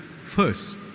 first